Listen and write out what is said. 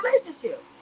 relationship